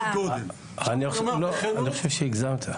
אני חושב שהגזמת.